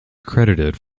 credited